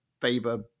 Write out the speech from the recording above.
Faber